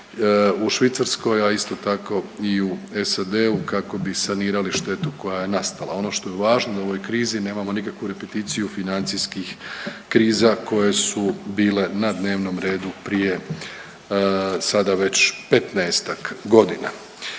u Švicarskoj, a isto tako i u SAD-u kako bi sanirali štetu koja je nastala. Ono što je važno da u ovoj krizi nemamo nikakvu repeticiju financijskih kriza koje se bile na dnevnom redu prije sada već 15-tak godina.